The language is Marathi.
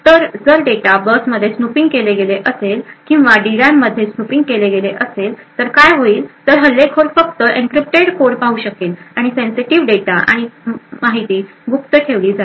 तर जर डेटा बसमध्ये स्नूपिंग केले गेले असेल किंवा डी रॅममध्ये स्नूपिंग असेल तर काय होईल तर हल्लेखोर फक्त एनक्रिप्टेड कोड पाहू शकेल आणि सेन्सिटीव डेटा आणि माहिती गुप्त ठेवली जाईल